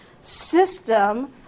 system